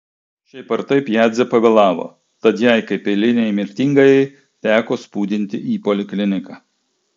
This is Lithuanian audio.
šiaip ar taip jadzė pavėlavo tad jai kaip eilinei mirtingajai teko spūdinti į polikliniką